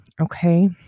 okay